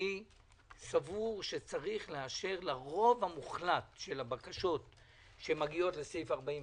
אני סבור שצריך לאשר לרוב המוחלט של הבקשות שמגיעות לסעיף 46,